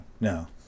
no